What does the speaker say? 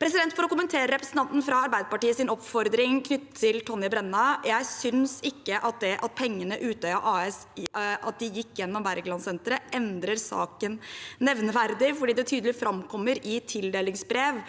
For å kommentere representanten fra Arbeiderpartiets oppfordring knyttet til Tonje Brenna: Jeg synes ikke at det at pengene til Utøya AS gikk gjennom Wergelandsenteret, endrer saken nevneverdig fordi det tydelig framkommer i tildelingsbrev